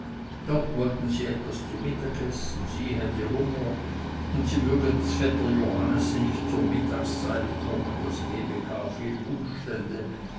dort wollten sie etwas zu mittag essen sie hätte hunger und sie möge ds vetter johannese nicht zur mittagszeit kommen das gebe gar viel umstände